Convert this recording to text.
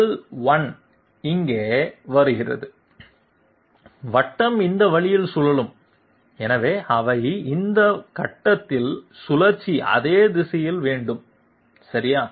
L 1 இங்கே வருகிறது வட்டம் இந்த வழியில் சுழலும் எனவே அவைகள் இந்த கட்டத்தில் சுழற்சி அதே திசையில் வேண்டும் சரியா